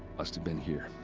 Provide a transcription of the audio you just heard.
must have been here.